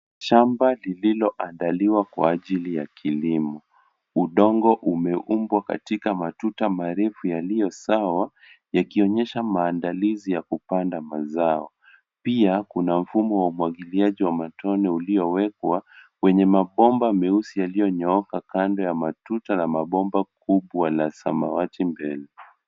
Shamba lililoandaliwa kwa ajili ya kilimo. Udongo umeumbwa katika matuta marefu yaliyo sawa yakionyesha maandalizi ya kupanda mazao. Pia kuna mfumo wa umwagiliaji wa matone uliowekwa kwenye mabomba meusi yaliyonyooka kando ya matuta na mavomba kubwa la samawati mrefu.